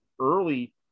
early